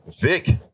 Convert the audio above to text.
Vic